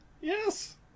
Yes